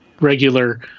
regular